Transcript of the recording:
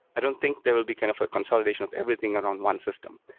i don't think there will be kind of a consolidation of everything around one system.